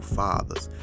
fathers